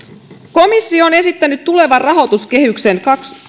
komissio on esittänyt tulevan rahoituskehyksen